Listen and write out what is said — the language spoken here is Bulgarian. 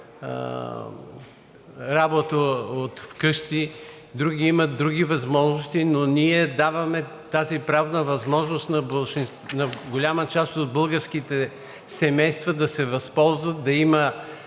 работа от вкъщи, други имат други възможности, но ние даваме тази правна възможност на голяма част от българските семейства да се възползват, да има